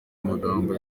amagambo